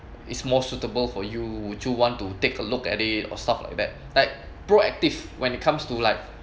is more suitable for you would you want to take a look at it or stuff like that like proactive when it comes to like